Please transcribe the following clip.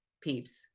peeps